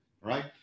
right